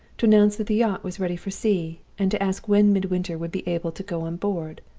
to announce that the yacht was ready for sea, and to ask when midwinter would be able to go on board.